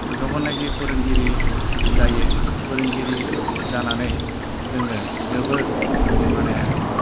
जेब्लानोखि फोरोंगिरि जायो फोरोंगिरि जानानै जोङो जोबोर माने